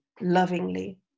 lovingly